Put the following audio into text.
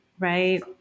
Right